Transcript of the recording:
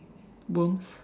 worms